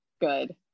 good